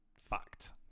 fact